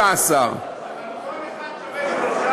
13. אבל כל אחד שווה שלושה.